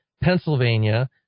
Pennsylvania